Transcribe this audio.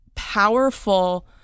powerful